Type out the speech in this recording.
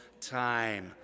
time